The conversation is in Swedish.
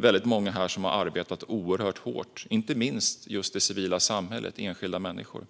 Väldigt många har arbetat oerhört hårt, inte minst just det civila samhället, enskilda människor,